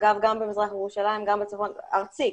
אגב, גם במזרח ירושלים וגם בצפון, ארצית.